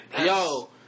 Yo